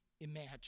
imagine